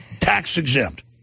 tax-exempt